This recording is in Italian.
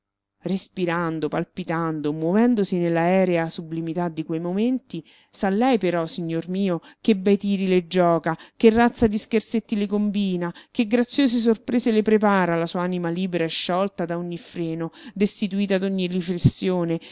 respirando palpitando muovendosi nell'aerea sublimità di quei momenti se lei però signor mio che bei tiri le gioca che razza di scherzetti le combina che graziose sorprese le prepara la sua anima libera e sciolta da ogni freno destituita d'ogni riflessione